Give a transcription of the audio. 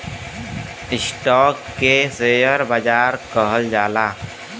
stock के share बाजार कहल जाला